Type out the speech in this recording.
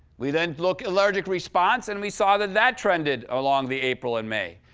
we then look allergic response, and we saw that that trended along the april and may.